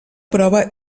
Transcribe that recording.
prova